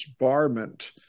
disbarment